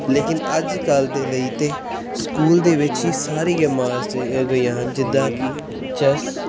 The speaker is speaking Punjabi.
ਲੇਕਿਨ ਅੱਜ ਕੱਲ੍ਹ ਦੇ ਲਈ ਤਾਂ ਸਕੂਲ ਦੇ ਵਿੱਚ ਹੀ ਸਾਰੀ ਗੇਮਾਂ ਵਾਸਤੇ ਆ ਗਈਆਂ ਹਨ ਜਿੱਦਾਂ ਕਿ ਚੈੱਸ